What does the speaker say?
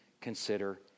consider